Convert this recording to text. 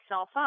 up